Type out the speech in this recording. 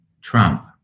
Trump